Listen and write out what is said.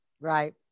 right